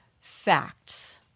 facts